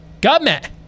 Government